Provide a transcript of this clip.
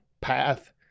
path